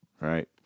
Right